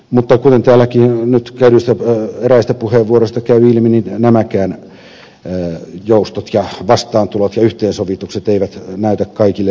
mutta kuten eräistä käytetyistä puheenvuoroista on käynyt ilmi nämäkään joustot ja vastaantulot ja yhteensovitukset eivät näytä kaikille riittävän